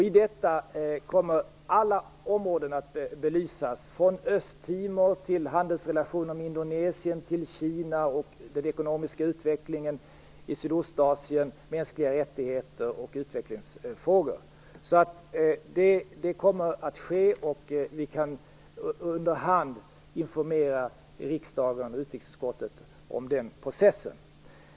I detta kommer alla områden att belysas, t.ex. Östtimor, handelsrelationerna med Indonesien, Kina och den ekonomiska utvecklingen i Sydostasien, mänskliga rättigheter och utvecklingsfrågor. Det kommer att ske, och vi kan under hand informera riksdagen och utrikesutskottet om den processen.